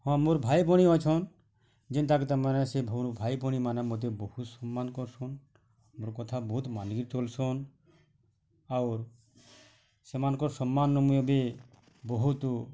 ହଁ ମୋର ଭାଇ ଭଉଣୀ ଅଛନ୍ ଯେନ୍ତା କି ତମେମାନେ ସେ ଭଉଣୀ ଭାଇ ଭଉଣୀମାନେ ମଧ୍ୟ ମୋତେ ବହୁତ୍ ସମ୍ମାନ୍ କରୁସଁନ୍ ମୋର କଥା ବହୁତ୍ ମାନିକି ଚଲୁସଁନ୍ ଆଉ ସେମାନଙ୍କ ସମ୍ମାନ ମୁଁ ଏବେ ବହୁତ୍